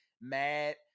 mad